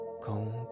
cold